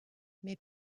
mais